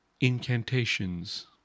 incantations